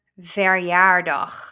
verjaardag